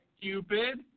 Cupid